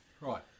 Right